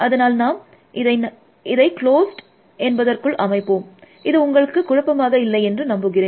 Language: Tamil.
அதனால் நாம் இதை நாம் க்ளோஸ்ட் என்பதற்குள் அமைப்போம் இது உங்களுக்கு குழப்பமாக இல்லை என்று நம்புகிறேன்